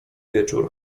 wieczór